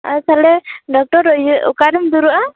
ᱟᱨ ᱛᱟᱦᱚᱞᱮ ᱰᱚᱠᱴᱚᱨ ᱤᱭᱟ ᱚᱠᱟᱨᱮᱢ ᱫᱩᱲᱩᱵ ᱟ